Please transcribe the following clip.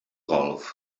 golf